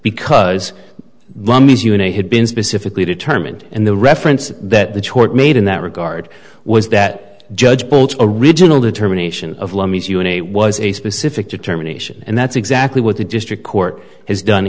because you and i had been specifically determined and the reference that the tort made in that regard was that judged a regional determination of law means you and a was a specific determination and that's exactly what the district court has done